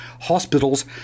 hospitals